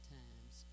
times